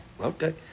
Okay